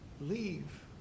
leave